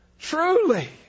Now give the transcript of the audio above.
truly